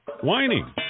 whining